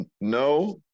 No